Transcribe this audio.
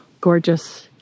gorgeous